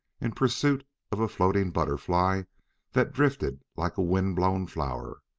in pursuit of a floating butterfly that drifted like a wind-blown flower.